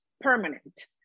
permanent